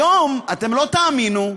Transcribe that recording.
היום, לא תאמינו,